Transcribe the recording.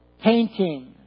painting